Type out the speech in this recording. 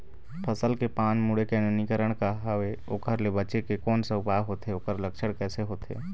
फसल के पान मुड़े के नवीनीकरण का हवे ओकर ले बचे के कोन सा उपाय होथे ओकर लक्षण कैसे होथे?